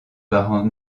parents